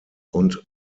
und